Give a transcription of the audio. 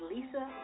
Lisa